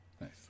Nice